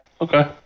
okay